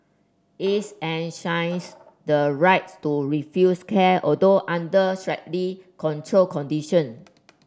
its enshrines the rights to refuse care although under strictly controlled condition